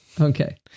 Okay